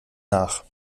nach